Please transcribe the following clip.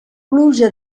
pluja